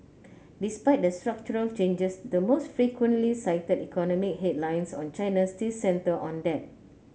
despite the structural changes the most frequently cited economic headlines on China still centre on debt